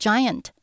Giant